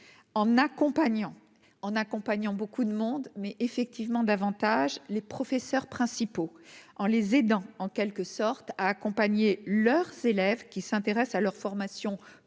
en accompagnant beaucoup de monde, mais effectivement davantage les professeurs principaux en les aidant, en quelque sorte à accompagner leurs s'élève qui s'intéressent à leur formation post-bac